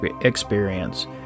experience